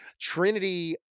Trinity